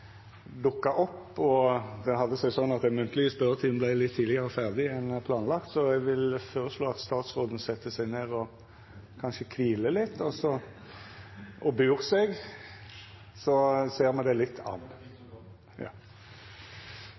dukka opp. Det hadde seg slik at den munnlege spørjetimen vart litt tidlegare ferdig enn planlagd. Eg føreslår at statsråden set seg ned og kviler litt og bur seg, og så ser me det litt an.